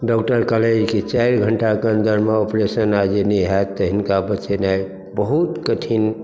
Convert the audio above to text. doctor कहलनि जे कि चारि घण्टाके अन्दरमे ऑपरेशन आइ जे नहि हैत तऽ हिनका बचेनाइ बहुत कठिन